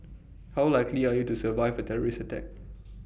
how likely are you to survive A terrorist attack